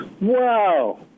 Wow